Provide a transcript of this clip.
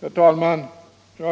Herr talman!